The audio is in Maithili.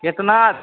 केतना